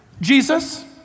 Jesus